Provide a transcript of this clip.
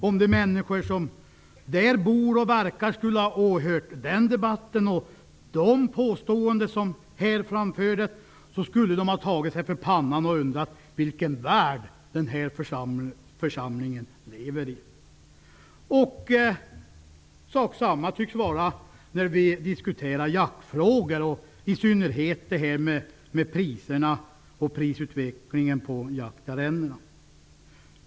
Om de människor som bor och verkar där skulle ha åhört den debatten och de påståenden som där gjordes, skulle de ha tagit sig för pannan och undrat vilken värld den här församlingen lever i. Detsamma tycks gälla när vi diskuterar jaktfrågorna, i synnerhet priserna och prisutvecklingen när det gäller jaktarrendena.